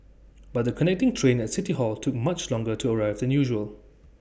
but the connecting train at city hall took much longer to arrive than usual